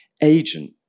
agent